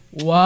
Wow